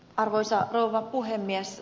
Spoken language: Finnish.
arvoisa rouva puhemies